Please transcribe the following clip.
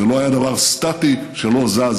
זה לא היה דבר סטטי שלא זז,